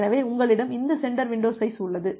எனவே உங்களிடம் இந்த சென்டர் வின்டோ சைஸ் உள்ளது